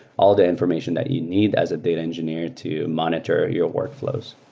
all the information that you need as a data engineer to monitor your workflows.